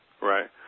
Right